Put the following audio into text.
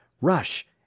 Rush